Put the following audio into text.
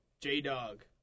J-Dog